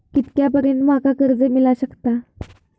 कितक्या पर्यंत माका कर्ज मिला शकता?